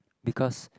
because